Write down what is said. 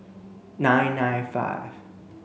nine nine five